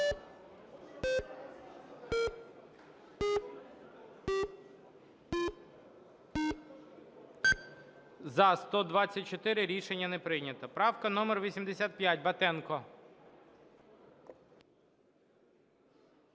За-124 Рішення не прийнято. Правка номер 85, Батенко.